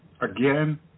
again